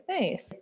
Nice